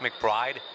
McBride